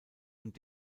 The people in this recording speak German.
und